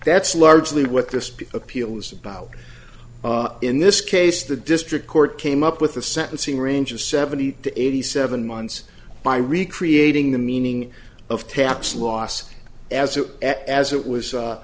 that's largely what this appeal is about in this case the district court came up with a sentencing range of seventy to eighty seven months by recreating the meaning of tax loss as it as it was